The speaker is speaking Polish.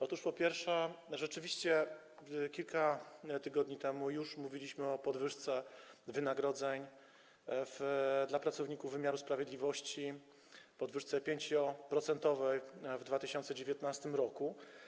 Otóż, po pierwsze, rzeczywiście już kilka tygodni temu mówiliśmy o podwyżce wynagrodzeń dla pracowników wymiaru sprawiedliwości, o podwyżce o 5% w 2019 r.